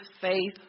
faith